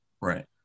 right